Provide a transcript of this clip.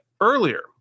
earlier